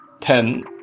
ten